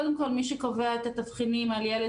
קודם כל מי שקובע את התבחינים על ילד